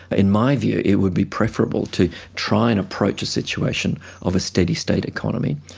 in my view it would be preferable to try and approach a situation of a steady state economy,